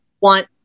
want